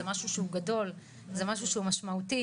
זה משהו שהוא גדול, זה משהו שהוא משמעותי,